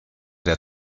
der